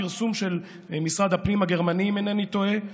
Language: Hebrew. פרסום של משרד הפנים הגרמני, אם אינני טועה.